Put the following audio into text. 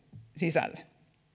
sisälle